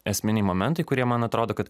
esminiai momentai kurie man atrodo kad